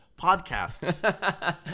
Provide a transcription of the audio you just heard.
podcasts